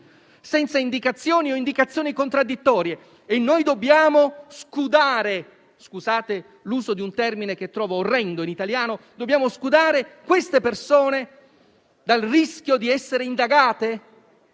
senza indicazioni o con indicazioni contraddittorie? E noi dobbiamo "scudare" - scusate l'uso di un termine che trovo orrendo in italiano - queste persone dal rischio di essere indagate?